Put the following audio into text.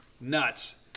Nuts